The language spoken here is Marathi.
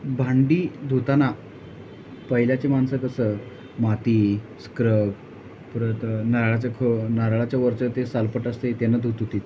भांडी धुताना पहिलीचे माणसं कसं माती स्क्रब परत नारळाचं ख नारळाचं वरचं ते सालपट असतंय त्यानं धुत होती